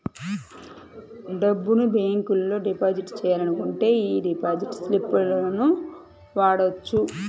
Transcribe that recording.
డబ్బును బ్యేంకులో డిపాజిట్ చెయ్యాలనుకుంటే యీ డిపాజిట్ స్లిపులను వాడొచ్చు